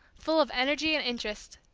full of energy and interest.